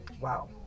Wow